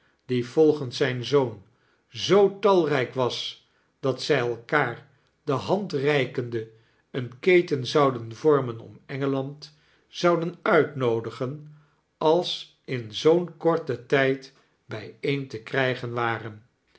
die volgens zijn zoon zoo talrijk was dat zij elkaar de hand reikende een keten zouden vorinen om engeland zouden uitnoodigen als in zoo'n korten tqd bijeen te krfjgen waren